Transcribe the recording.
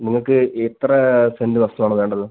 നിങ്ങൾക്ക് എത്ര സെൻറ്റ് വസ്തുവാണ് വേണ്ടത്